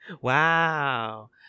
wow